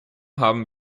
haben